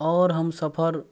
आओर हम सफर